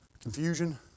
confusion